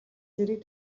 зэрэг